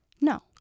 no